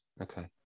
okay